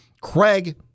Craig